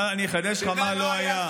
אבל אני אחדש לך מה לא היה.